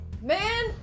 man